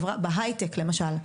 בהיי טק למשל,